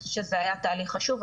שזה היה תהליך חשוב,